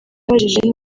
yabajijwe